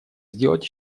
сделать